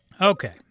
Okay